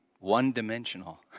one-dimensional